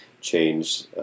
change